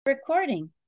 recording